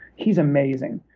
he's amazing.